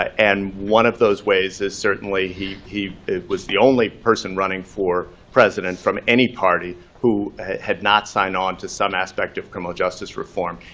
and one of those ways is certainly he he was the only person running for president from any party who had not signed on to some aspect of criminal justice reform,